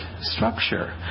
structure